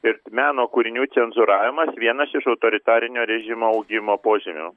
ir meno kūrinių cenzūravimas vienas iš autoritarinio režimo augimo požymių